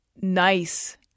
nice